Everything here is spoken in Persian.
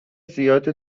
زیاد